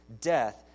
death